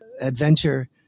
adventure